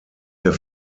der